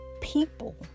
people